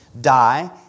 die